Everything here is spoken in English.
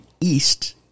east